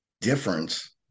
difference